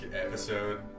Episode